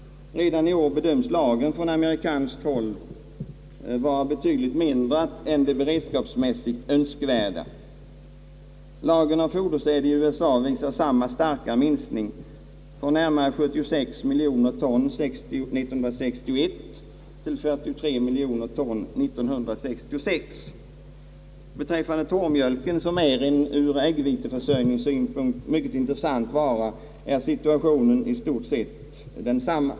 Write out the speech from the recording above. Redan i år bedöms lagren från amerikanskt håll vara betydligt mindre än de beredskapsmässigt önskvärda. Lagren av fodersäd i USA visar samma starka minskning; från närmare 76 miljoner ton år 1961 till 43 miljoner ton år 1966. Beträffande torrmjölken, som är en ur äggviteförsörjningssynpunkt mycket intressant vara, är situationen i stort sett densamma.